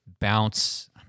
bounce